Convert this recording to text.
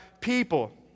people